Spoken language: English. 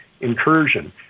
incursion